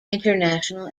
international